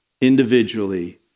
individually